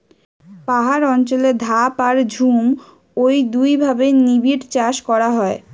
পাহাড় অঞ্চলে ধাপ আর ঝুম ঔ দুইভাবে নিবিড়চাষ করা হয়